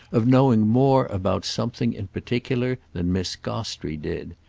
of knowing more about something in particular than miss gostrey did.